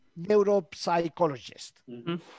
neuropsychologist